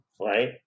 right